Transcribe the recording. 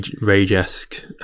rage-esque